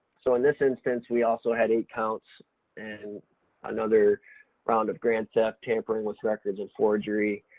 so in this instance we also had eight counts and another round of grand theft, tampering with records of forgery,